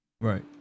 Right